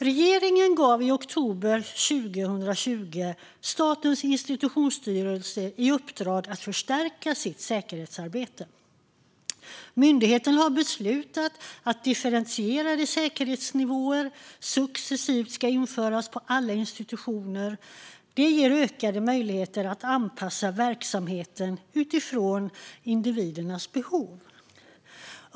Regeringen gav i oktober 2020 Statens institutionsstyrelse i uppdrag att förstärka sitt säkerhetsarbete. Myndigheten har beslutat att differentierade säkerhetsnivåer successivt ska införas på alla institutioner. Det ger ökade möjligheter att anpassa verksamheten utifrån individernas behov.